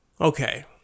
Okay